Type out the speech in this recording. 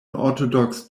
orthodox